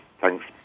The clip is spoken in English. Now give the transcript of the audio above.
Thanks